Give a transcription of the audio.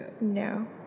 No